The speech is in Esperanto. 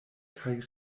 kaj